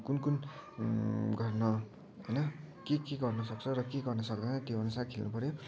कुन कुन गर्न होइन के के गर्न सक्छ र के गर्न सक्दैन त्यो अनुसार खेल्न पऱ्यो